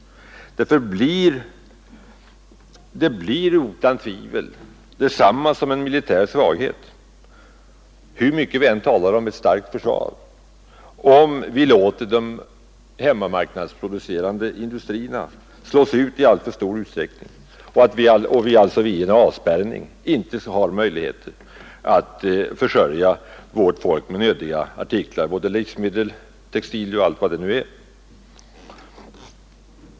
Hur mycket vi än talar om ett starkt försvar blir det nämligen detsamma som en militär svaghet, om vi låter de hemmamarknadsproducerande industrierna slås ut i alltför stor utsträckning, så att vi under en avspärrning saknar möjligheter att försörja vårt folk med livsmedel, textilier och andra nödvändiga artiklar.